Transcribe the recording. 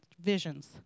visions